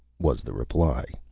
was the reply.